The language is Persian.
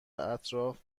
اطراف